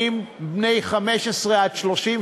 בני 15 30,